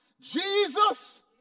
Jesus